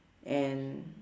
and